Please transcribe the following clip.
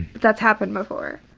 that's happened before.